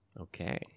Okay